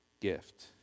gift